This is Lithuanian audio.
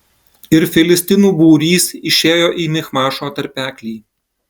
ir filistinų būrys išėjo į michmašo tarpeklį